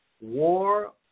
War